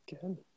Good